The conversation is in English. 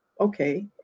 okay